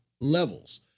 levels